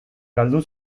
galdu